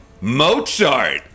Mozart